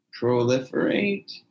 proliferate